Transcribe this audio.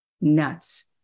nuts